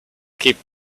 keep